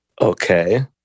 Okay